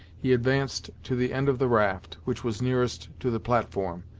he advanced to the end of the raft which was nearest to the platform,